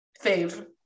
fave